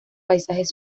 paisajes